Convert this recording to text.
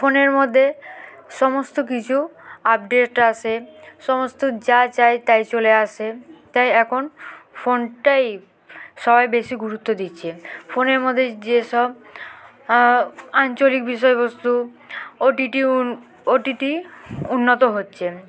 ফোনের মধ্যে সমস্ত কিছু আপডেট আসে সমস্ত যা চায় তাই চলে আসে তাই এখন ফোনটাই সবাই বেশি গুরুত্ব দিচ্ছে ফোনের মধ্যে যেসব আঞ্চলিক বিষয়বস্তু ও টি টি উ ও টি টি উন্নত হচ্ছে